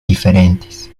diferentes